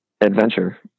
adventure